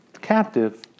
captive